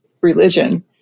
religion